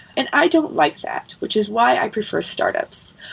and i don't like that, which is why i prefer startups,